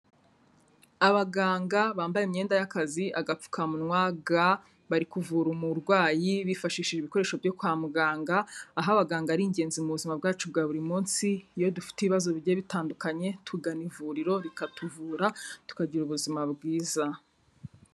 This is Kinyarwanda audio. Abaganga bambaye imyenda y'akazi, agapfukamunwa, ga bari kuvura umurwayi bifashishije ibikoresho byo kwa muganga, aho abaganga ari ingenzi mu buzima bwacu bwa buri munsi, iyo dufite ibibazo bijya bitandukanye tugana ivuriro rikatuvura tukagira ubuzima bwiza.